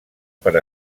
per